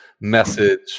message